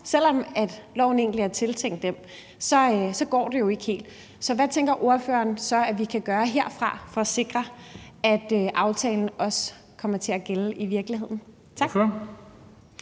selv om loven egentlig er tiltænkt dem. Så det går jo ikke helt. Hvad tænker ordføreren så at vi kan gøre herfra for at sikre, at aftalen også kommer til at gælde i virkeligheden?